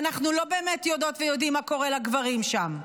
ואנחנו לא באמת יודעות ויודעים מה קורה לגברים שם.